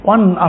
one